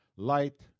Light